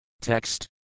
Text